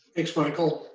thanks michael.